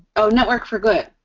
oh, network for good.